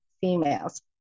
females